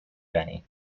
beni